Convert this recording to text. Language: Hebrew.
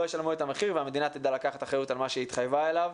לא ישלמו את המחיר והמדינה תדע לקחת אחריות על מה שהיא התחייבה אליו.